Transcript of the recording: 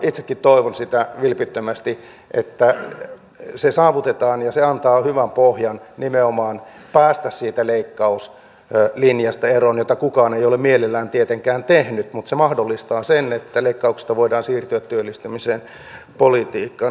itsekin toivon sitä vilpittömästi että se saavutetaan ja se antaa hyvän pohjan nimenomaan päästä siitä leikkauslinjasta eroon jota kukaan ei ole mielellään tietenkään tehnyt mutta se mahdollistaa sen että leikkauksista voidaan siirtyä työllistämisen politiikkaan